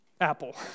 apple